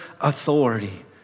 authority